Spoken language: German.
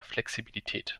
flexibilität